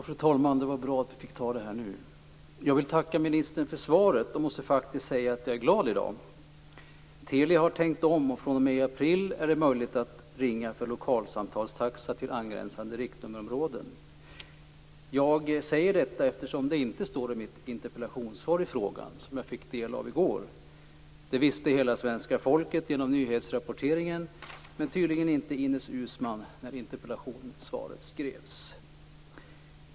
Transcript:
Fru talman! Jag vill tacka ministern för svaret och måste faktiskt säga att jag är glad i dag. Telia har tänkt om, och fr.o.m. i april är det möjligt att ringa för lokalsamtalstaxa till angränsande riktnummerområden. Jag säger detta eftersom det inte står i mitt interpellationssvar, som jag fick ta del av i går. Detta visste hela svenska folket genom nyhetsrapporteringen, men Ines Uusmann visste det tydligen inte när interpellationssvaret skrevs.